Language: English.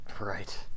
Right